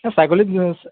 এই ছাগলীক কি হৈছে